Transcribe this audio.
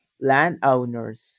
landowners